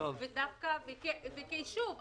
כי שוב,